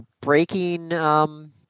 breaking